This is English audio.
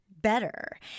Better